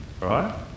right